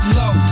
low